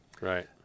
Right